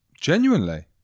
Genuinely